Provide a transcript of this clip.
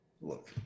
look